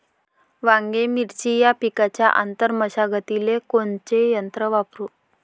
वांगे, मिरची या पिकाच्या आंतर मशागतीले कोनचे यंत्र वापरू?